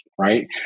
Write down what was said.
Right